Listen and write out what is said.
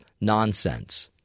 nonsense